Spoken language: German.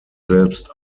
selbst